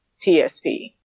TSP